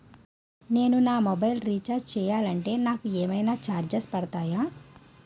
నేను నా mobile recharge చేయాలంటే నాకు ఏమైనా చార్జెస్ పడతాయా?